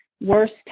worst